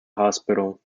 hospital